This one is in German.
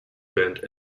band